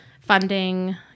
funding